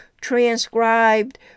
transcribed